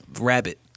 Rabbit